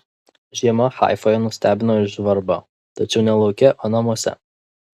žiema haifoje nustebino ir žvarba tačiau ne lauke o namuose